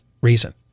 reason